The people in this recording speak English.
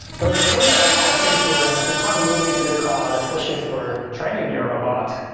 but it was clear that a lot of things were at the time moving into the cloud especially for training your robot.